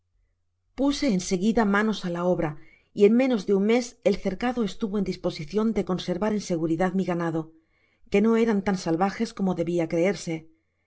puse en seguida manos á la obia y en meaos de un mes el cercado estuvo en disposn cion de conservar en seguridad mi ganado que no eran tan salvajes como debia creerse